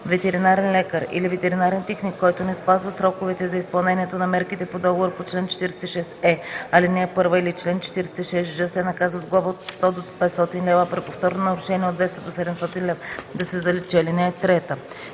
Ветеринарен лекар или ветеринарен техник, който не спазва сроковете за изпълнението на мерките по договор по чл. 46е, ал. 1 или чл. 46ж, се наказва с глоба от 100 до 500 лв., а при повторно нарушение – от 200 до 700 лв. – да се заличи. (3)